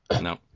no